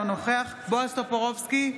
אינו נוכח בועז טופורובסקי,